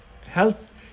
health